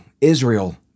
Israel